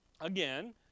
again